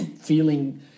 feeling